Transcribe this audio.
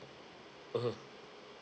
mmhmm